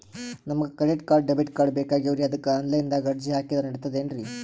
ನಮಗ credit card, debit card ಬೇಕಾಗ್ಯಾವ್ರೀ ಅದಕ್ಕ ಆನಲೈನದಾಗ ಅರ್ಜಿ ಹಾಕಿದ್ರ ನಡಿತದೇನ್ರಿ?